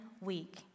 week